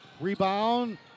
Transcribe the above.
Rebound